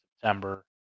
September